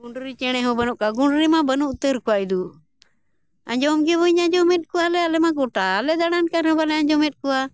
ᱜᱩᱸᱰᱨᱤ ᱪᱮᱬᱮ ᱦᱚᱸ ᱵᱟᱹᱱᱩᱜ ᱠᱚᱣᱟ ᱜᱩᱸᱰᱨᱤ ᱢᱟ ᱵᱟᱹᱱᱩᱜ ᱩᱛᱟᱹᱨ ᱠᱚᱣᱟ ᱤᱧ ᱟᱸᱡᱚᱢ ᱜᱮ ᱵᱟᱹᱧ ᱟᱸᱡᱚᱢᱮᱫ ᱠᱚᱣᱟᱞᱮ ᱟᱞᱮ ᱢᱟ ᱜᱚᱴᱟᱞᱮ ᱫᱟᱬᱟᱱ ᱠᱟᱱ ᱨᱮᱦᱚᱸ ᱵᱟᱞᱮ ᱟᱸᱡᱚᱢᱮᱫ ᱠᱚᱣᱟ